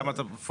כמה אתה בפועל?